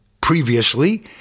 Previously